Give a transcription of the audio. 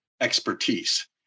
expertise